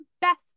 best